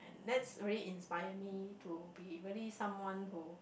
that's really inspire me to be really someone who